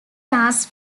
asks